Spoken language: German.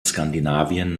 skandinavien